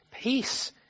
peace